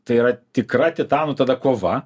tai yra tikra titanų tada kova